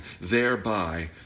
thereby